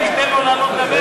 --- תן לו לדבר.